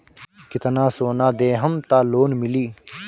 कितना सोना देहम त लोन मिली?